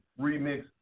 remix